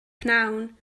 pnawn